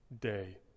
day